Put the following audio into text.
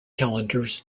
calendars